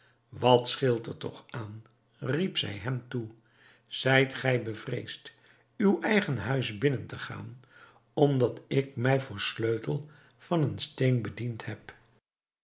wat scheelt er toch aan riep zij hem toe zijt gij bevreesd uw eigen huis binnen te gaan omdat ik mij voor sleutel van een steen bediend heb